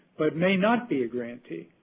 but may not be a grantee.